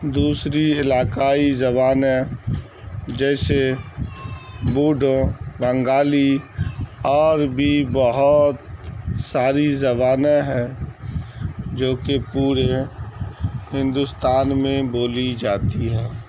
دوسری علاقائی زبانیں جیسے بوڈو بنگالی اور بھی بہت ساری زبانیں ہیں جو کہ پورے ہندوستان میں بولی جاتی ہیں